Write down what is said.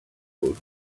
old